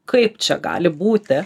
kaip čia gali būti